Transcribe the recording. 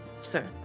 Sir